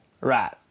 Right